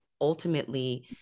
ultimately